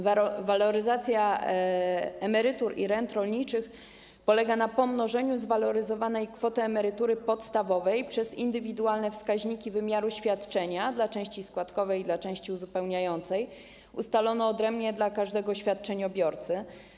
Waloryzacja emerytur i rent rolniczych polega na pomnożeniu zwaloryzowanej kwoty emerytury podstawowej przez indywidualne wskaźniki wymiaru świadczenia dla części składkowej i dla części uzupełniającej ustalone odrębnie dla każdego świadczeniobiorcy.